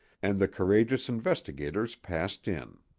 and the courageous investigators passed in.